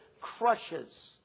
crushes